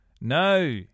No